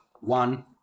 one